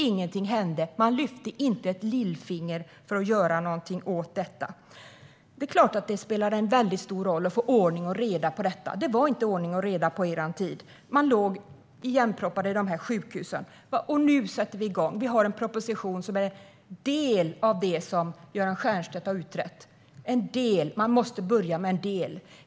Ingenting hände. Man lyfte inte ett lillfinger för att göra något åt detta. Det är klart att det spelar stor roll om man får ordning och reda på detta. Det var inte ordning och reda under er tid. Sjukhusen var igenproppade. Nu sätter vi igång. Vi har en proposition som är en del av det som Göran Stiernstedt har utrett. Man måste börja med en del.